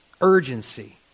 urgency